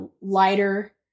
lighter